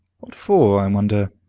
what for, i wonder?